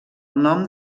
nom